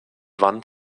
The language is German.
wand